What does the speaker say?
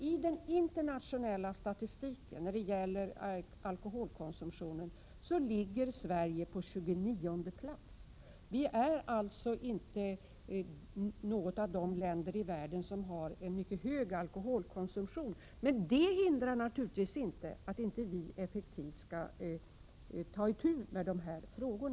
I den internationella statistiken över alkoholkonsumtionen i världen ligger Sverige faktiskt på tjugonionde plats. Sverige tillhör alltså inte den grupp länder som har en mycket hög alkoholkonsumtion. Men för den skull skall vi naturligtvis inte låta bli att effektivt ta itu med dessa frågor.